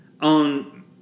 on